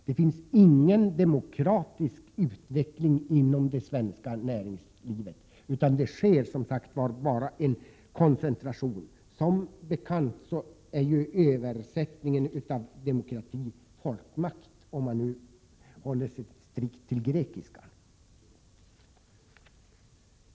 Det finns ingen demokratisk utveckling inom det svenska näringslivet, utan det sker enbart — som sagt — en koncentration. Som bekant är översättningen av ordet demokrati folkmakt, om man nu strikt håller sig till grekiskan.